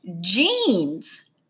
jeans